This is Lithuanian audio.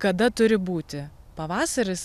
kada turi būti pavasaris